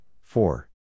four